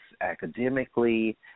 academically